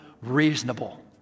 reasonable